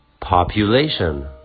Population